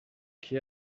qui